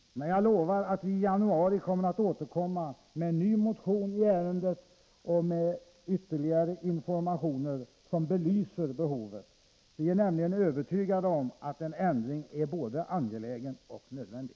Men jag lovar att vi i januari återkommer med en ny motion i ärendet och med ytterligare informationer som belyser behovet. Vi är nämligen övertygade om att en ändring är både angelägen och nödvändig.